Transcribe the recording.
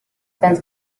trens